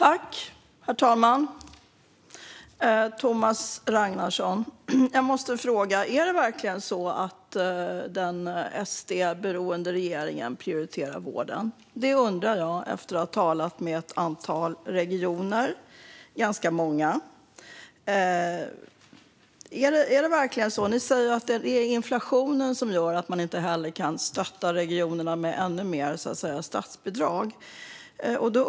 Herr talman! Jag måste ställa en fråga, Thomas Ragnarsson. Är det verkligen så att den SD-beroende regeringen prioriterar vården? Det undrar jag efter att ha talat med ett antal regioner. Det var ganska många. Är det verkligen så? Ni säger att det är inflationen som gör att man inte kan stötta regionerna ännu mer med statsbidrag.